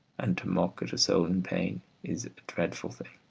and to mock at a soul in pain is a dreadful thing.